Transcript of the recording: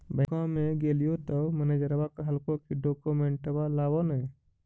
बैंकवा मे गेलिओ तौ मैनेजरवा कहलको कि डोकमेनटवा लाव ने?